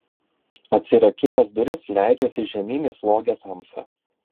atsirakinęs duris leidžiuosi žemyn į slogią tamsą